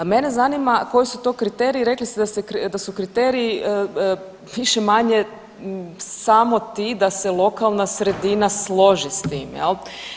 A mene zanima koji su kriteriji, rekli ste da su kriteriji više-manje samo ti da se lokalna sredina složi s tim, jel.